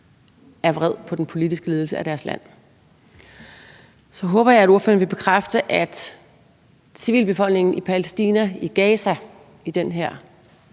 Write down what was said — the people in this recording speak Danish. er vred på den politiske ledelse af deres land, håber jeg, at ordføreren vil bekræfte, at civilbefolkningen i Palæstina, i Gaza i den her